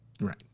right